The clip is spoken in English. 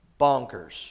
bonkers